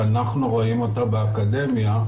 שאנחנו רואים אותה באקדמיה.